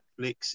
Netflix